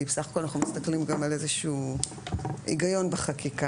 בסך הכול אנחנו מסתכלים גם על איזשהו היגיון בחקיקה.